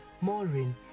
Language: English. Maureen